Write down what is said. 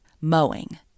mowing